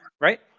Right